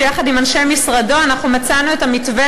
שיחד עם אנשי משרדו מצאנו את המתווה